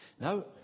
Now